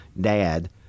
Dad